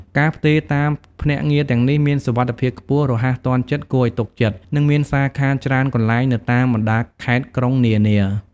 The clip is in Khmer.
ការផ្ទេរតាមភ្នាក់ងារទាំងនេះ មានសុវត្ថិភាពខ្ពស់ រហ័សទាន់ចិត្ត គួរឱ្យទុកចិត្ត និងមានសាខាច្រើនកន្លែងនៅតាមបណ្ដាខេត្តក្រុងនានា។